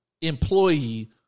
employee